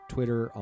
Twitter